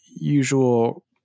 usual